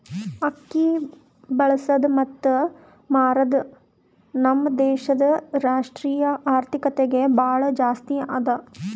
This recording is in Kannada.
ಅಕ್ಕಿ ಬೆಳಸದ್ ಮತ್ತ ಮಾರದ್ ನಮ್ ದೇಶದ್ ರಾಷ್ಟ್ರೀಯ ಆರ್ಥಿಕತೆಗೆ ಭಾಳ ಜಾಸ್ತಿ ಅದಾ